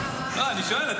אני שואל,